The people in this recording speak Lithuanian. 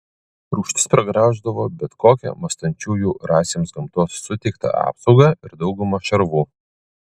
rūgštis pragrauždavo bet kokią mąstančiųjų rasėms gamtos suteiktą apsaugą ir daugumą šarvų